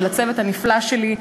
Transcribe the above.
ולצוות הנפלא שלי,